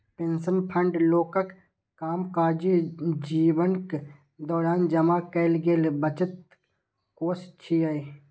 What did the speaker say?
pension fund लोकक कामकाजी जीवनक दौरान जमा कैल गेल बचतक कोष छियै